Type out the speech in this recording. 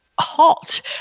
halt